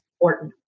important